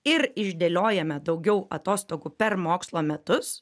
ir išdėliojame daugiau atostogų per mokslo metus